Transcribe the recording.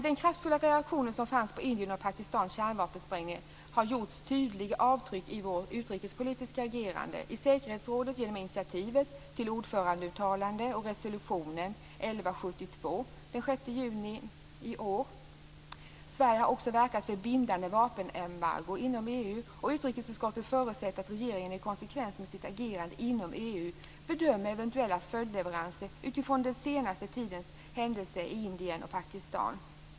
Den kraftfulla reaktion som fanns på Indiens och Pakistans kärnsprängningar har gjort tydliga avtryck i vårt utrikespolitiska agerande; i säkerhetsrådet genom initiativet till ordförandeuttalande och resolutionen Sverige har också verkat för bindande vapenembargo inom EU. Utrikesutskottet förutsätter att regeringen i konsekvens med sitt agerande inom EU bedömer eventuella följdleveranser utifrån den senaste tidens händelser i Indien och Pakistan.